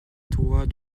toit